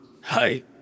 Hi